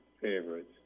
favorites